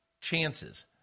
chances